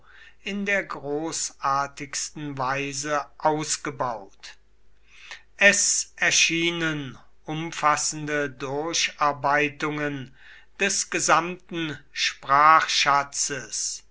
in der großartigsten weise ausgebaut es erschienen umfassende durcharbeitungen des gesamten sprachschatzes